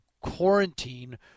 quarantine